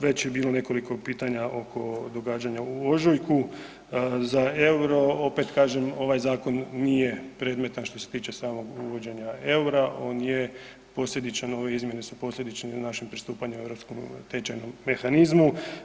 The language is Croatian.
Već je bilo nekoliko pitanja oko događanja u ožujku za euro, opet kažem, ovaj zakon nije predmetan što se tiče samog uvođenja eura, on je posljedičan, ove izmjene su posljedične našem pristupanju europskom tečajnom mehanizmu.